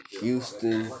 Houston